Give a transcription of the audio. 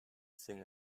sing